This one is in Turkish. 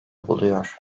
buluyor